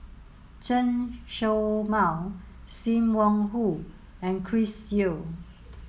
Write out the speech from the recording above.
Chen Show Mao Sim Wong Hoo and Chris Yeo